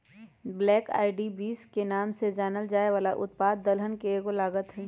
black eyed beans के नाम से जानल जाये वाला उत्पाद दलहन के एगो लागत हई